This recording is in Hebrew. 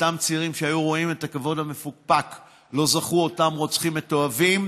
אותם צעירים שהיו רואים את הכבוד המפוקפק שלו זכו אותם רוצחים מתועבים,